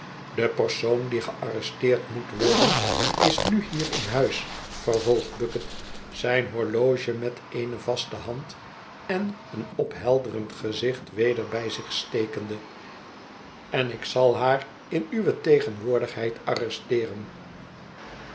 de persoon die gearresteerd moet worden is nu hier in huis vervolgt bucket zijn horloge met eene vaste hand en een ophelderend gezicht weder bij zich stekende en ik zal haar in i het verlaten huis uwe tegenwoordigheid